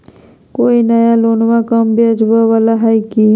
कोइ नया लोनमा कम ब्याजवा वाला हय की?